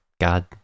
god